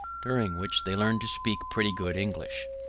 during which they learned to speak pretty good english.